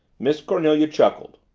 miss cornelia chuckled.